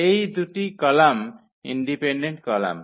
এই দুটি column independent column